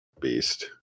beast